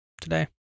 today